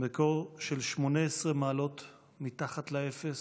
בקור של 18 מעלות מתחת לאפס,